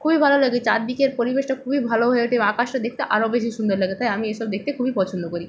খুবই ভালো লাগে চারদিকের পরিবেশটা খুবই ভালো হয়ে থাকে আকাশটা দেখতে আরো বেশি সুন্দর লাগে তাই আমি এসব দেখতে খুবই পছন্দ করি